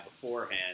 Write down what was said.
beforehand